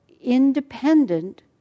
independent